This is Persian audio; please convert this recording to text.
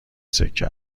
سکه